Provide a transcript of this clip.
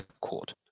court